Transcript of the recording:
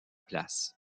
places